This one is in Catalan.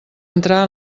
entrar